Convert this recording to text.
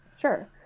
Sure